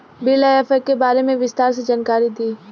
BLF के बारे में विस्तार से जानकारी दी?